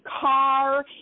car